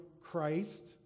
Christ